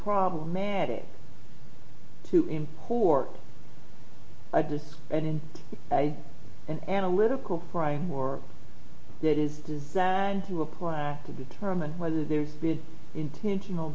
problematic to import a disk and in an analytical crying war that is designed to apply to determine whether there's been intentional